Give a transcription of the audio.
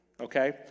okay